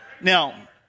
now